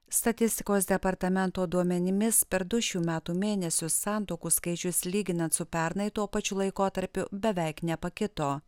statistikos departamento duomenimis per du šių metų mėnesius santuokų skaičius lyginant su pernai tuo pačiu laikotarpiu beveik nepakito